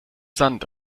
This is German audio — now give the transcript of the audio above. sand